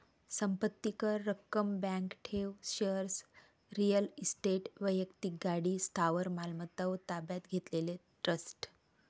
संपत्ती कर, रक्कम, बँक ठेव, शेअर्स, रिअल इस्टेट, वैक्तिक गाडी, स्थावर मालमत्ता व ताब्यात घेतलेले ट्रस्ट